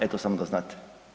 Eto samo da znate.